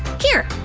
here!